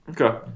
Okay